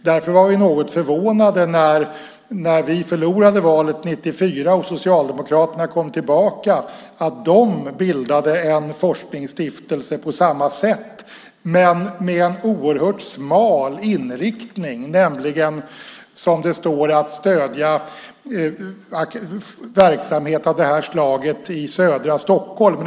Därför var vi något förvånade när vi förlorade valet 1994 och Socialdemokraterna kom tillbaka att de bildade en forskningsstiftelse på samma sätt men med en oerhört smal inriktning, nämligen att stödja verksamhet av detta slag i södra Stockholm.